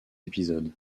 épisodes